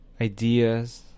ideas